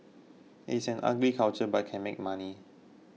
it is an ugly culture but can make money